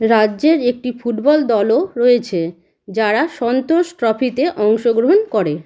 রাজ্যের একটি ফুটবল দলও রয়েছে যারা সন্তোষ ট্রফিতে অংশগ্রহণ করে